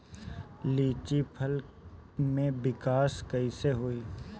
लीची फल में विकास कइसे होई?